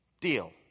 deal